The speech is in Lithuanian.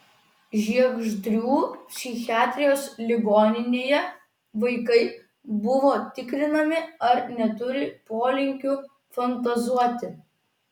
žiegždrių psichiatrijos ligoninėje vaikai buvo tikrinami ar neturi polinkių fantazuoti